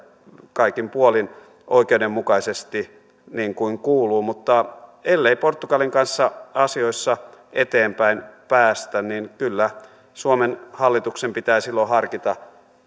kaikin puolin oikeudenmukaisesti niin kuin kuuluu mutta ellei portugalin kanssa asioissa eteenpäin päästä niin kyllä suomen hallituksen pitää silloin harkita